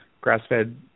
grass-fed